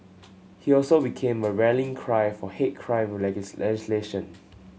he also became a rallying cry for hate crime legislation